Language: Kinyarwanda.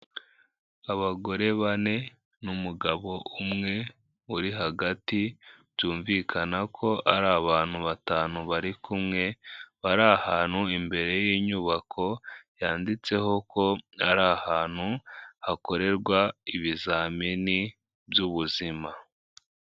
Abagore bane ngabo umwe uri hagati byumvikana ko ari abantu batanu bari kumwe bari ahantu imbere y'inyubako yanditseho ko ari ahantu hakorerwa ibizamini by'ubuzima.